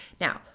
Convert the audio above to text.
Now